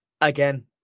Again